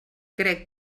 crec